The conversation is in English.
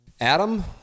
Adam